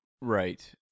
Right